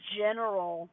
general